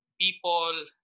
people